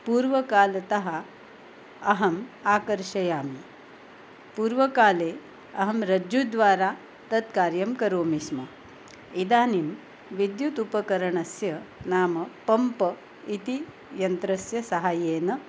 पूर्वकालतः अहम् आकर्षयामि पूर्वकाले अहं रज्जुद्वारा तत्कार्यं करोमि स्म इदानीं विद्युत् उपकरणस्य नाम पम्प् इति यन्त्रस्य सहाय्येन